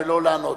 ולא לענות.